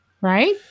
right